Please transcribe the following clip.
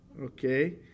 Okay